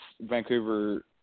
Vancouver